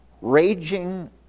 Raging